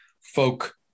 folk